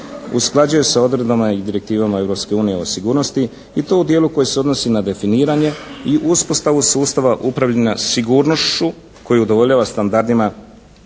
usklađuje sa odredbama i direktivama Europske unije o sigurnosti i to u djelu koji se odnosi na definiranje i uspostavu sustava upravljana sigurnošću koji udovoljava standardima